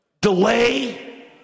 delay